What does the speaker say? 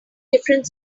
different